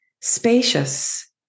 spacious